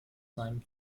seinem